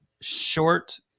short